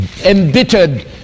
embittered